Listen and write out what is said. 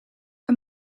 een